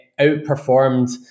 outperformed